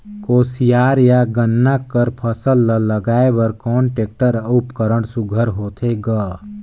कोशियार या गन्ना कर फसल ल लगाय बर कोन टेक्टर अउ उपकरण सुघ्घर होथे ग?